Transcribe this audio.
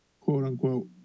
quote-unquote